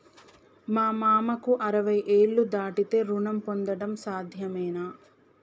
మా మామకు అరవై ఏళ్లు దాటితే రుణం పొందడం సాధ్యమేనా?